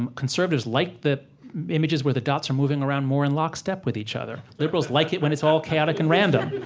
um conservatives like the images where the dots are moving around more in lockstep with each other liberals like it when it's all chaotic and random.